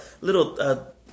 little